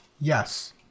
Yes